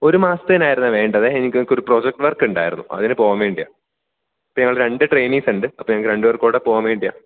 ഒരു മാസത്തേനായിരുന്നു വേണ്ടത് എനിക്ക് ഞങ്ങൾക്ക് ഒരു പ്രൊജക്റ്റ് വർക്ക് ഉണ്ടായിരുന്നു അതിന് പോകാൻ വേണ്ടിയാണ് അപ്പം ഞങ്ങൾ രണ്ട് ട്രെയിനിസ് ഉണ്ട് അപ്പം ഞങ്ങൾക്ക് രണ്ട് പേർക്കും കൂടെ പോകാൻ വേണ്ടിയാണ്